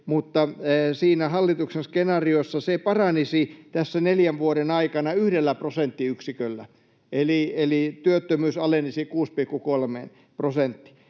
siinä hallituksen skenaariossa se paranisi tässä neljän vuoden aikana yhdellä prosenttiyksiköllä, eli työttömyys alenisi 6,3 prosenttiin.